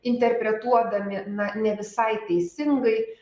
interpretuodami na nevisai teisingai